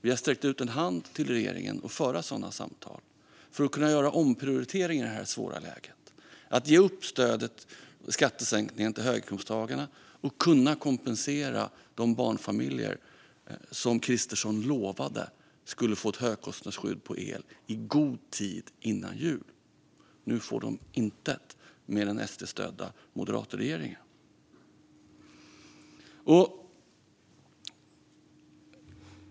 Vi har sträckt ut en hand till regeringen för att föra sådana samtal och kunna göra omprioriteringar i det här svåra läget - ge upp skattesänkningen till höginkomsttagarna och kompensera de barnfamiljer som Kristersson lovade skulle få ett högkostnadsskydd för el "i god tid före jul". Nu får de intet med den SD-stödda moderatregeringen.